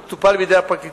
היא תטופל בידי הפרקליטות.